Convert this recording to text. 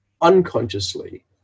unconsciously